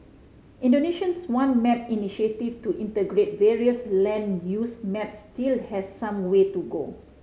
Indonesia's One Map initiative to integrate various land use maps still has some way to go